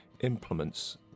implements